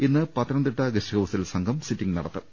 ഇന്ന് പത്തനംതിട്ട ഗസ്റ്റ്ഹൌസിൽ സംഘം സിറ്റിങ് നടത്തും